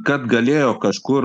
kad galėjo kažkur